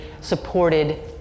supported